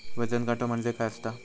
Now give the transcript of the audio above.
वजन काटो म्हणजे काय असता?